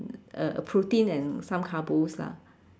uh a protein and some carbos lah